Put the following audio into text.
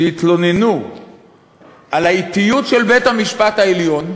שהתלוננו על האטיות של בית-המשפט העליון,